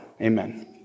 Amen